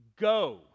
Go